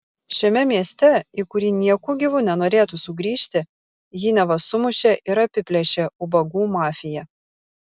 šiame mieste į kurį nieku gyvu nenorėtų sugrįžti jį neva sumušė ir apiplėšė ubagų mafija